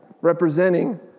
representing